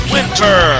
Winter